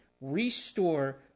restore